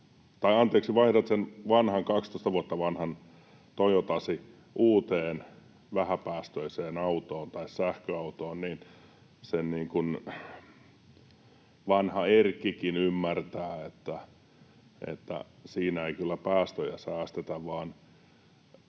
vaihdat sen 12 vuotta vanhan Toyotasi uuteen vähäpäästöiseen autoon tai sähköautoon, niin sen vanha erkkikin ymmärtää, että siinä ei kyllä päästöjä säästetä.